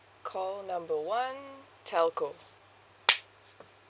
call number one telco